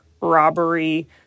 robbery